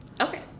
okay